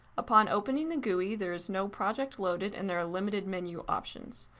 upon opening the gui, there is no project loaded, and there are limited menu options.